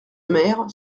mère